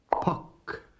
Puck